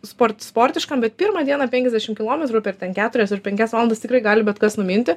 sport sportiškam bet pirmą dieną penkiasdešim kilometrų per keturias per penkias valandas tikrai gali bet kas numinti